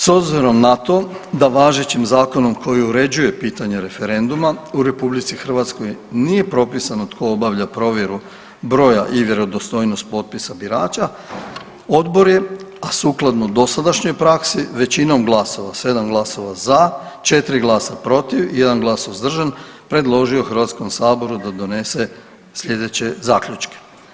S obzirom na to da važećim zakonom koji uređuje pitanje referenduma u Republici Hrvatskoj nije propisano tko obavlja provjeru broja i vjerodostojnost potpisa birača odbor je, a sukladno dosadašnjoj praksi većinom glasova, 7 glasova za, 4 glasa protiv, 1 glas suzdržan predložio Hrvatskom saboru da donese sljedeće zaključke.